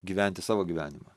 gyventi savo gyvenimą